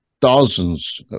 dozens